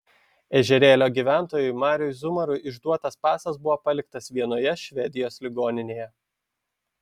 ežerėlio gyventojui mariui zumarui išduotas pasas buvo paliktas vienoje švedijos ligoninėje